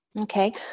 Okay